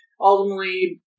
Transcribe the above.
ultimately